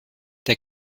der